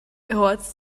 what’s